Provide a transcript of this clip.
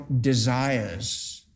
desires